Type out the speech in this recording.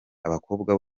abakobwa